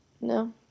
No